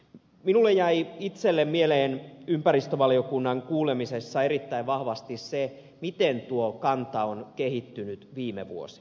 minulle jäi itselleni mieleen ympäristövaliokunnan kuulemisessa erittäin vahvasti se miten tuo kanta on kehittynyt viime vuosina